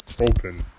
Open